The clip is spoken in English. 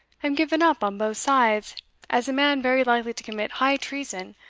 am given up on both sides as a man very likely to commit high treason,